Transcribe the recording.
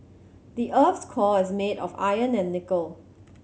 the earth's core is made of iron and nickel